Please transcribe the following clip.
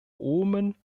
oomen